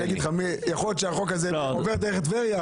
יכול להיות שהחוק הזה עובר דרך טבריה,